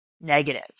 negative